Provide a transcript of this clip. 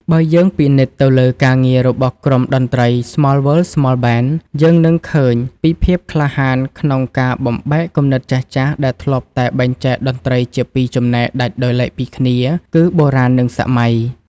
បើយើងពិនិត្យទៅលើការងាររបស់ក្រុមតន្ត្រី ស្ម័លវើល ស្ម័លប៊ែន (SmallWorld SmallBand) យើងនឹងឃើញពីភាពក្លាហានក្នុងការបំបែកគំនិតចាស់ៗដែលធ្លាប់តែបែងចែកតន្ត្រីជាពីរចំណែកដាច់ដោយឡែកពីគ្នា គឺបុរាណ និងសម័យ។